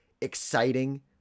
exciting